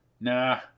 Nah